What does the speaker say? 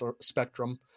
spectrum